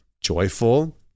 joyful